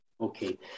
Okay